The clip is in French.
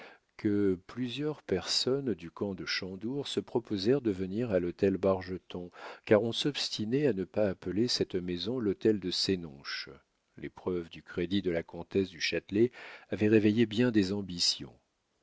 que plusieurs personnes du camp de chandour se proposèrent de venir à l'hôtel bargeton car on s'obstinait à ne pas appeler cette maison l'hôtel de sénonches les preuves du crédit de la comtesse du châtelet avaient réveillé bien des ambitions